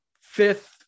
fifth